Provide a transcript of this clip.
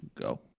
go